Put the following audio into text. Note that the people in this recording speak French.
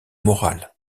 moral